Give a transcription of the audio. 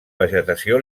vegetació